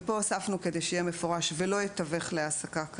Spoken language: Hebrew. ולא יתווך להעסקה,